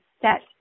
set